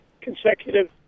consecutive